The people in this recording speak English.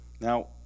Now